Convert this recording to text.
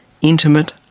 intimate